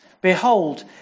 Behold